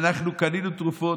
אנחנו קנינו תרופות,